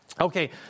Okay